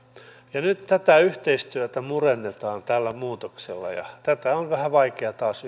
ja nyt tätä yhteistyötä murennetaan tällä muutoksella tätä on vähän vaikea taas